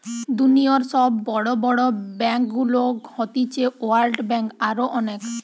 দুনিয়র সব বড় বড় ব্যাংকগুলো হতিছে ওয়ার্ল্ড ব্যাঙ্ক, আরো অনেক